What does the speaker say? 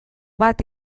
bat